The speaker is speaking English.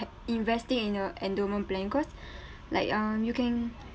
investing in uh endowment plan cause like um you can